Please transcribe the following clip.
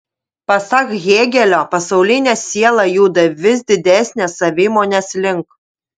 pasak hėgelio pasaulinė siela juda vis didesnės savimonės link